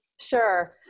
Sure